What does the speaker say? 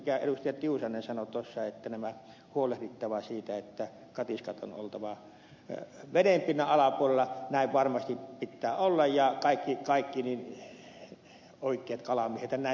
tiusanen sanoi tuossa että on huolehdittava siitä että katiskojen on oltava vedenpinnan alapuolella niin näin varmasti pitää olla ja kaikki oikeat kalamiehet näin tekevätkin